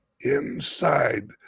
inside